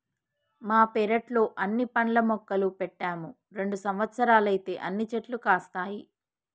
మా పెరట్లో అన్ని పండ్ల మొక్కలు పెట్టాము రెండు సంవత్సరాలైతే అన్ని చెట్లు కాస్తాయి